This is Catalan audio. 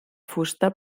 fusta